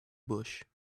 bush